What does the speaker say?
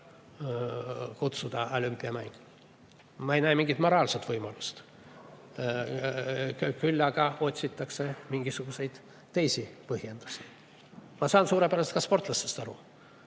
kutsuda neid olümpiamängudele. Ma ei näe selleks mingit moraalset võimalust. Küll aga otsitakse mingisuguseid teisi põhjendusi. Ma saan suurepäraselt sportlastest aru.